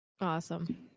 awesome